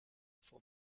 for